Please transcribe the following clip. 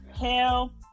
Hell